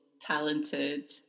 talented